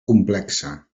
complexa